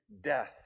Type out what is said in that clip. death